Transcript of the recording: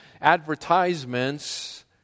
advertisements